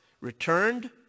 returned